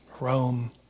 Rome